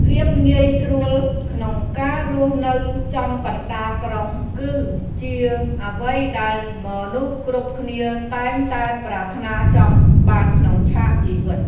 ភាពងាយស្រួលក្នុងការរស់នៅចំកណ្តាលក្រុង គឺជាអ្វីដែលមនុស្សគ្រប់គ្នាតែងតែប្រាថ្នាចង់បានក្នុងឆាកជីវិត។